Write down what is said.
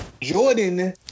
Jordan